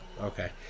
okay